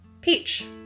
Peach